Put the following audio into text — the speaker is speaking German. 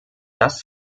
das